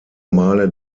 male